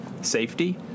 safety